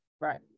right